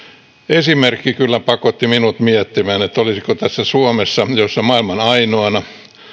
esimerkki kyllä pakotti minut miettimään että miten suomessa jossa maailman ainoana